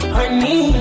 Honey